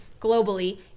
globally